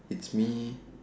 it's me